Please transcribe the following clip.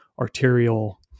arterial